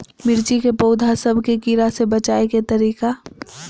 मिर्ची के पौधा सब के कीड़ा से बचाय के तरीका?